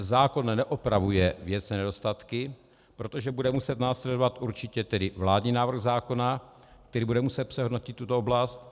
Zákon neopravuje věcné nedostatky, protože bude muset následovat určitě vládní návrh zákona, který bude muset přehodnotit tuto oblast.